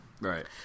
Right